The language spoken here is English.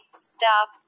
stop